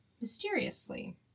mysteriously